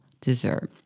dessert